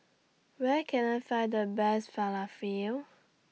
Where Can I Find The Best Falafel